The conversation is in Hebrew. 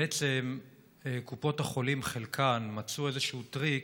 בעצם קופות החולים, חלקן מצאו איזשהו טריק